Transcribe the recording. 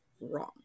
wrong